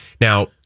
now